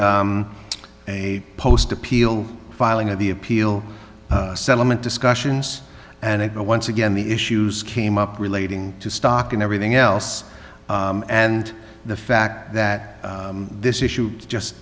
a post appeal filing of the appeal settlement discussions and once again the issues came up relating to stock and everything else and the fact that this issue just